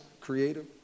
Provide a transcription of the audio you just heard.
creative